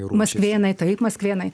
maskvėnai taip maskvėnai